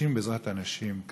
נשים בעזרת הנשים,